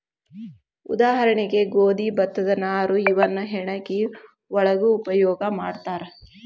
ಉದಾಹರಣೆಗೆ ಗೋದಿ ಭತ್ತದ ನಾರು ಇವನ್ನ ಹೆಣಕಿ ಒಳಗು ಉಪಯೋಗಾ ಮಾಡ್ತಾರ